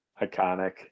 Iconic